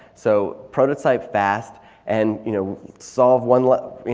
so prototype fast and you know solve one